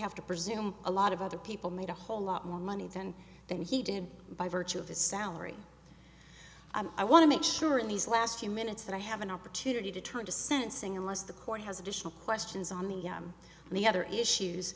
have to presume a lot of other people made a whole lot more money than that he did by virtue of his salary i want to make sure in these last few minutes that i have an opportunity to turn to sensing unless the court has additional questions on the and the other issues